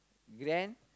grand